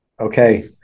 Okay